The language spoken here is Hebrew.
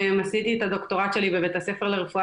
עשיתי את הדוקטורט שלי בבית הספר לרפואה